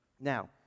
Now